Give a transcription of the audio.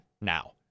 now